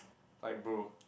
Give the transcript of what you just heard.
like bro